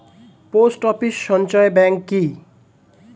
Post office সঞ্চয় bank কি?